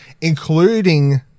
including